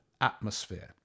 atmosphere